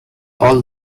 all